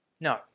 No